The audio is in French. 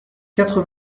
quatre